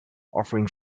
offering